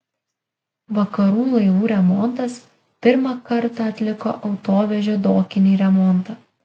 vakarų laivų remontas pirmą kartą atliko autovežio dokinį remontą